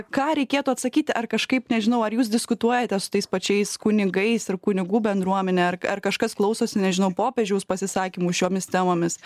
ką reikėtų atsakyti ar kažkaip nežinau ar jūs diskutuojate su tais pačiais kunigais ir kunigų bendruomene ar ar kažkas klausosi nežinau popiežiaus pasisakymų šiomis temomis